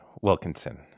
Wilkinson